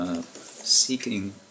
seeking